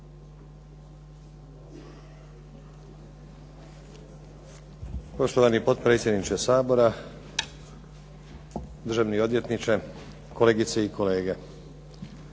Poštovani potpredsjedniče Sabora, državni odvjetniče, kolegice i kolege.